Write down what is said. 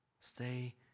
Stay